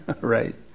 Right